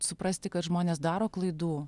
suprasti kad žmonės daro klaidų